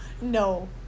no